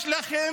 אתם